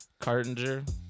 Cartinger